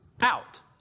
out